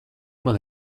man